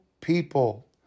people